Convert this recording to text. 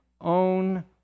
own